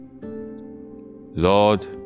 Lord